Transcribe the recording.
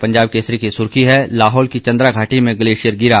पंजाब केसरी की सुर्खी है लाहौल की चंद्रा घाटी में ग्लेशियर गिरा